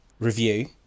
review